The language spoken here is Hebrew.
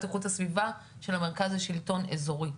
איכות הסביבה של המרכז לשלטון אזורי.